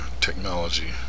technology